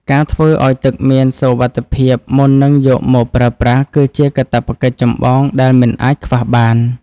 ការធ្វើឱ្យទឹកមានសុវត្ថិភាពមុននឹងយកមកប្រើប្រាស់ គឺជាកាតព្វកិច្ចចម្បងដែលមិនអាចខ្វះបាន។